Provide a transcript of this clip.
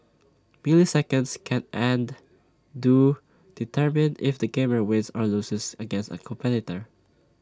milliseconds can and do determine if the gamer wins or loses against A competitor